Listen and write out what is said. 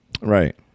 right